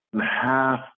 Half